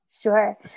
Sure